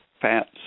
fats